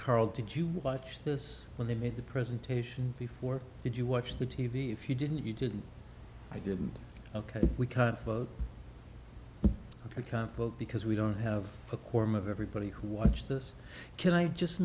karl did you watch this when they made the presentation before did you watch the t v if you didn't you didn't i didn't ok we can't vote for conflict because we don't have a quorum of everybody who watched this can i just